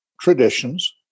traditions